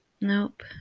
Nope